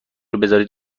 بذارید